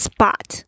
Spot